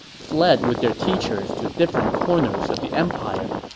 fled with their teachers to different corners of the empire.